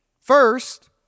First